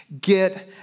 get